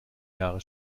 jahre